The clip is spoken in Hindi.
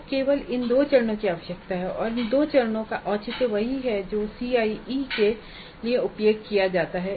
तो केवल इन दो चरणों की आवश्यकता है और इन दो चरणों का औचित्य वही है जो CIE के लिए उपयोग किया जाता है